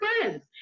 friends